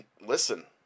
Listen